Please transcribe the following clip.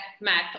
math